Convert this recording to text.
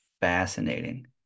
fascinating